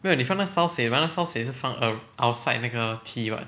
没有你放那个烧水那个烧水是放 ar~ outside 那个 tea [what]